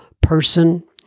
person